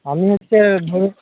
আমি হচ্ছে ধরুন